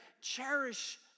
cherish